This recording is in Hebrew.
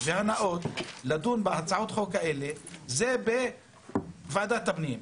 והנאות לדון בהצעות החוק האלה הוא בוועדת הפנים,